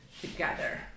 together